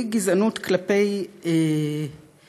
והיא גזענות כלפי מזרחים,